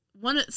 one